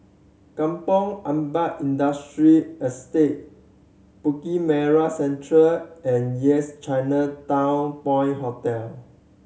Kampong Ampat Industrial Estate Bukit Merah Central and Yes Chinatown Point Hotel